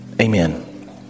Amen